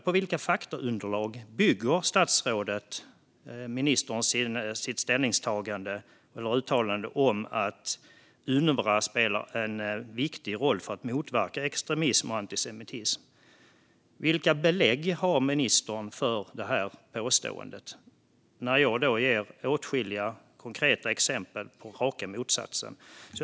På vilka faktaunderlag bygger ministern sitt ställningstagande eller uttalande om att UNRWA spelar en viktig roll för att motverka extremism och antisemitism? Vilka belägg har ministern för det påståendet? Jag ger åtskilliga konkreta exempel på raka motsatsen. Fru talman!